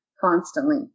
constantly